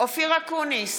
אופיר אקוניס,